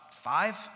Five